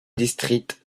district